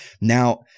Now